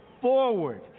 forward